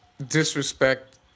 disrespect